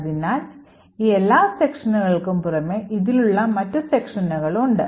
അതിനാൽ ഈ എല്ലാ സെക്ഷനുകൾക്കും പുറമേ ഇതുപോലുള്ള മറ്റ് സെക്ഷനുകൾ ഉണ്ട്